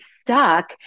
stuck